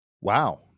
Wow